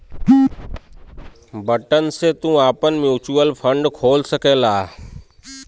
button से तू आपन म्युचुअल फ़ंड खोल सकला